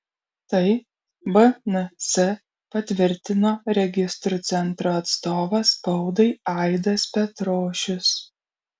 tai bns patvirtino registrų centro atstovas spaudai aidas petrošius